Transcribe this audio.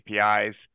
APIs